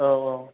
औ औ